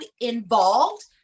involved